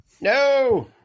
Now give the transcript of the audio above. No